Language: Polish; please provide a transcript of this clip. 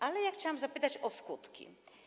Ale chciałam zapytać o skutki.